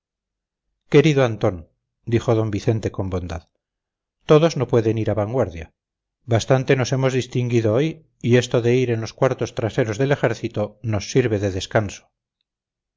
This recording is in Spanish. querido antón dijo d vicente con bondad todos no pueden ir a vanguardia bastante nos hemos distinguido hoy y esto de ir en los cuartos trasteros del ejército nos sirve de descanso